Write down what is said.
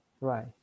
right